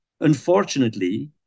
Unfortunately